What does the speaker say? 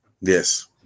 Yes